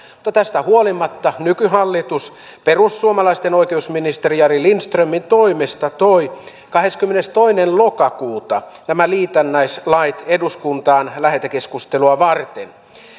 tästä huolimatta nykyhallitus perussuomalaisten oikeusministeri jari lindströmin toimesta toi kahdeskymmenestoinen lokakuuta nämä liitännäislait eduskuntaan lähetekeskustelua varten